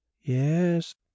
Yes